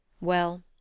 Well